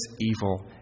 evil